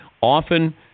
often